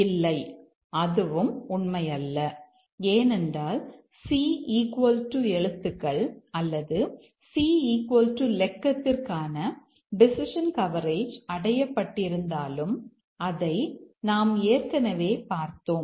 இல்லை அதுவும் உண்மையல்ல ஏனென்றால் c எழுத்துக்கள் அல்லது சி இலக்கத்திற்கான டெசிஷன் கவரேஜ் அடையப்பட்டிருந்தாலும் அதை நாம் ஏற்கனவே பார்த்தோம்